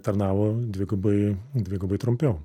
tarnavo dvigubai dvigubai trumpiau